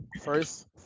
first